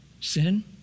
Sin